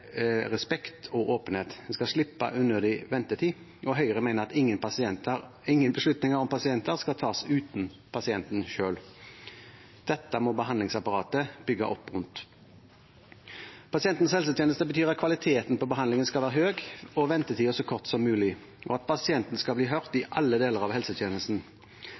respekt og åpenhet. De skal slippe unødig ventetid, og Høyre mener at ingen beslutninger om pasienter skal tas uten pasienten selv. Dette må behandlingsapparatet bygge opp rundt. Pasientens helsetjeneste betyr at kvaliteten på behandlingen skal være høy og ventetiden så kort som mulig, og at pasienten skal bli hørt i alle deler av helsetjenesten.